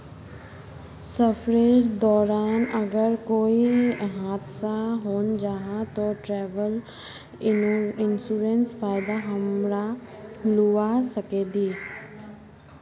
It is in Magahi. सफरेर दौरान अगर कोए हादसा हन जाहा ते ट्रेवल इन्सुरेंसर फायदा हमरा लुआ सकोही